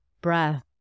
Breath